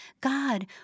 God